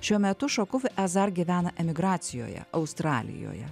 šiuo metu šokuf ezar gyvena emigracijoje australijoje